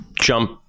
jump